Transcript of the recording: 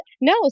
no